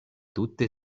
tute